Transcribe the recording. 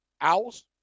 Owls